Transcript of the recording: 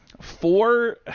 four